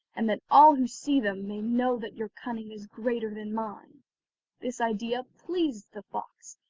and that all who see them may know that your cunning is greater than mine this idea pleased the fox,